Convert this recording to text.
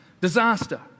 disaster